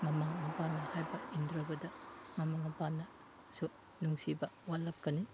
ꯃꯃꯥ ꯃꯄꯥꯅ ꯍꯥꯏꯕ ꯏꯟꯗ꯭ꯔꯕꯗ ꯃꯃꯥ ꯃꯄꯥꯅꯁꯨ ꯅꯨꯡꯁꯤꯕ ꯋꯥꯠꯂꯛꯀꯅꯤ